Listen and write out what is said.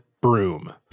broom